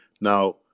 now